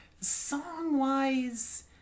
song-wise